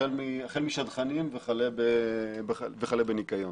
החל משדכנים וכלה בניקיון.